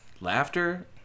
laughter